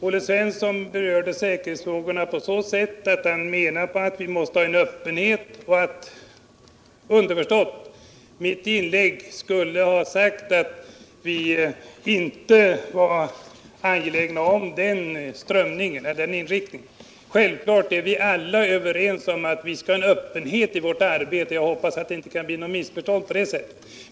Olle Svensson berörde säkerhetsfrågan på så sätt att han menar att vi måste ha en öppenhet, underförstått att mitt inlägg skulle ha betytt att vi inte var angelägna om den inriktningen. Självfallet är vi alla överens om att vi skall kunna ha en öppenhet i vårt arbete. Jag hoppas att det inte kan bli några missförstånd på det sättet.